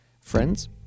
friends